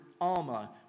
Alma